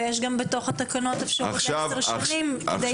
ויש גם בתוך התקנות אפשרות לעשר שנים כדי